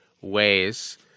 ways